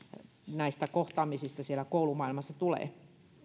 näistä kohtaamisista siellä koulumaailmassa tulee